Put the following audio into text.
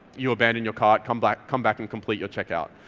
you abandoned your cart, come back come back and complete your checkout.